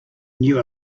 knew